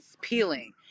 peeling